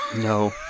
No